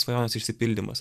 svajonės išsipildymas